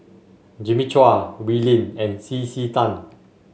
Jimmy Chua Wee Lin and C C Tan